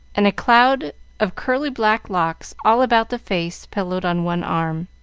and a cloud of curly black locks all about the face pillowed on one arm.